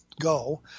go